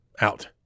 out